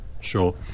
sure